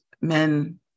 men